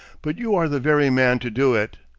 but you are the very man to do it.